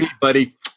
buddy